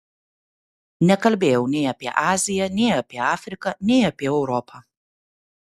nekalbėjau nei apie aziją nei apie afriką nei apie europą